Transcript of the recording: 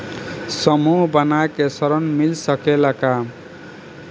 समूह बना के ऋण मिल सकेला का?